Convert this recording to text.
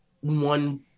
one –